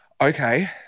okay